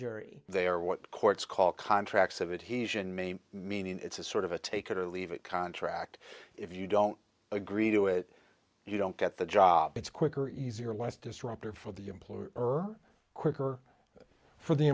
jury they are what courts call contracts of it he's in maine meaning it's a sort of a take it or leave it contract if you don't agree to it you don't get the job it's quicker easier less disruptive for the employer your quicker for the